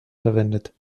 verwendet